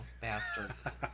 Bastards